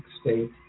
state